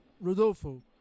Rodolfo